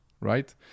right